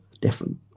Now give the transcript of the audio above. different